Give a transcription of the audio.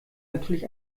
natürlich